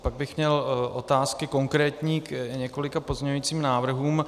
Pak bych měl otázky konkrétní k několika pozměňovacím návrhům.